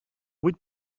vuit